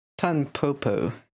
Tanpopo